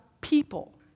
people